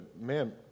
man